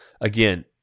again